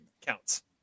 counts